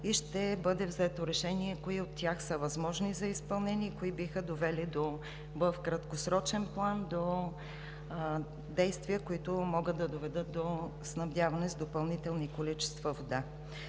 Ще бъде взето решение кои от тях са възможни за изпълнение и в краткосрочен план кои биха довели до действия, които могат да доведат до снабдяване с допълнителни количества вода.